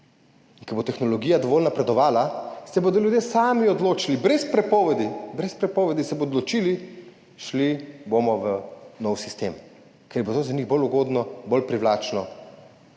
Ko bo tehnologija dovolj napredovala, se bodo ljudje sami odločili, brez prepovedi se bodo odločili, šli bomo v nov sistem, ker bo to za njih bolj ugodno, bolj privlačno,